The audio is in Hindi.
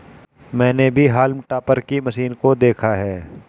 मैंने भी हॉल्म टॉपर की मशीन को देखा है